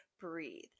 Breathe